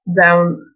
down